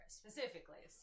specifically